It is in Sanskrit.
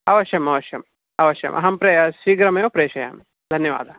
अवश्यम् अवश्यम् अवश्यम् अहं प्रे शीघ्रमेव प्रेषयामि धन्यवादः